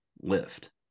lift